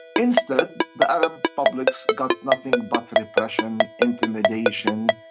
instead, the arab publics got nothing but repression, intimidation,